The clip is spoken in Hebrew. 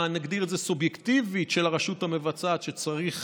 נגדיר את זה הסובייקטיבית, של הרשות המבצעת שצריך